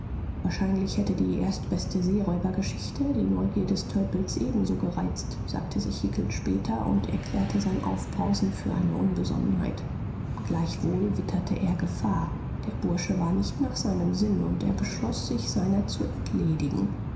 wahrscheinlich hätte die erstbeste seeräubergeschichte die neugier des tölpels ebenso gereizt sagte sich hickel später und erklärte sein aufbrausen für eine unbesonnenheit gleichwohl witterte er gefahr der bursche war nicht nach seinem sinn und er beschloß sich seiner zu entledigen